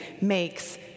makes